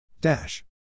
Dash